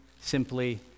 simply